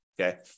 Okay